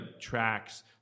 tracks